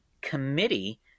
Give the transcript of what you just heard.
committee